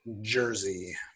jersey